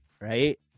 right